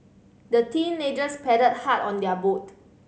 the teenagers paddled hard on their boat